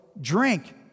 drink